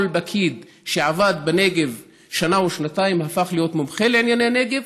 כל פקיד שעבד בנגב שנה או שנתיים הפך להיות מומחה לענייני נגב,